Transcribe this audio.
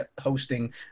hosting